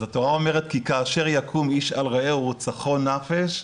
אז התורה אומרת כי 'כאשר יקום איש על רעהו ורצחו נפש,